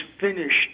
finished